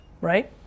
right